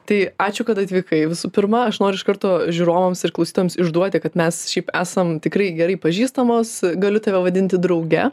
tai ačiū kad atvykai visų pirma aš noriu iš karto žiūrovams ir klausytojams išduoti kad mes šiaip esam tikrai gerai pažįstamos galiu tave vadinti drauge